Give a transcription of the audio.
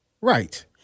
Right